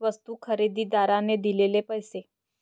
वस्तू खरेदीदाराने दिलेले पैसे